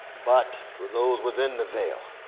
but for those within the veil,